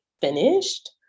finished